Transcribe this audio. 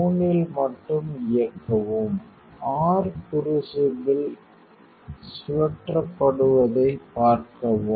3ல் மட்டும் இயக்கவும் r க்ரூசிபிளில் சுழற்றப்படுவதைப் பார்க்கவும்